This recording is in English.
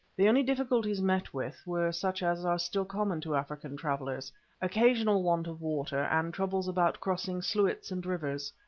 the only difficulties met with were such as are still common to african travellers occasional want of water and troubles about crossing sluits and rivers.